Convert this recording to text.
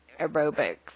aerobics